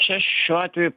čia šiuo atveju